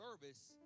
service